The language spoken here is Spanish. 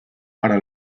para